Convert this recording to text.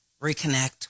reconnect